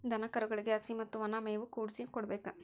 ದನಕರುಗಳಿಗೆ ಹಸಿ ಮತ್ತ ವನಾ ಮೇವು ಕೂಡಿಸಿ ಕೊಡಬೇಕ